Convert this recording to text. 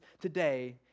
today